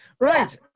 right